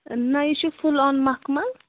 نہ یہِ چھُ فُل آن مخمَل